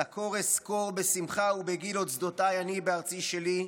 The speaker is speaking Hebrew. סקור אסקור בשמחה וגיל את שדותיי אני בארצי אני.